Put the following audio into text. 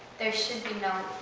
there should be no